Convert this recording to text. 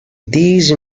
these